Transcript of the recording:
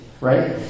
Right